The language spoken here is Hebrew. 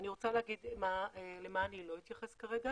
אני רוצה להגיד למה אני לא אתייחס כרגע.